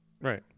Right